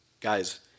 guys